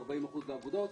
40% לאגודות,